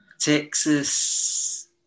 Texas